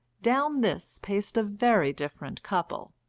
down this paced a very different couple.